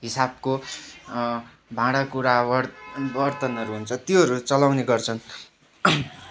हिसाबको भाँडाकुँडा बर्तनहरू हुन्छ त्योहरू चलाउने गर्छन्